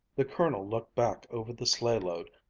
the colonel looked back over the sleighload,